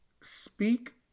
speak